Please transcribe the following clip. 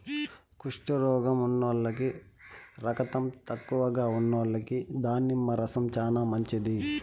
కుష్టు రోగం ఉన్నోల్లకి, రకతం తక్కువగా ఉన్నోల్లకి దానిమ్మ రసం చానా మంచిది